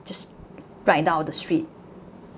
just ride down the street